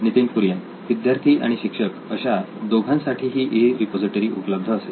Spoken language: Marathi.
नितीन कुरियन विद्यार्थी आणि शिक्षक अशा दोघांसाठीही ही रिपॉझिटरी उपलब्ध असेल